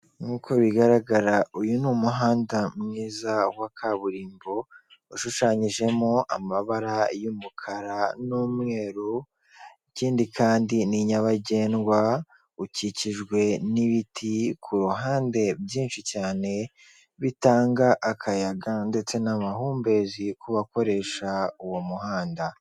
Nk'uko bigaragara uyu ni umuhanda mwiza wa kaburimbo ushushanyijemo amabara y'umukara n'umweru, ikindi kandi ni nyabagendwa ukikijwe n'ibiti ku ruhande byinshi cyane, bitanga akayaga ndetse n'amahumbezi ku bakoresha uwo muhanda.